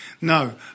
No